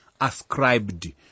ascribed